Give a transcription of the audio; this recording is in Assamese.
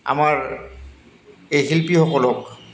আমাৰ এই শিল্পীসকলক